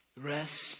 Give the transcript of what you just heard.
rest